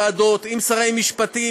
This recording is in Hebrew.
של קורבן יהודי,